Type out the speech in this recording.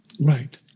Right